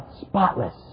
Spotless